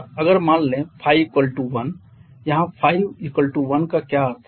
अगर मान लें 1 यहाँ ϕ 1 का क्या अर्थ है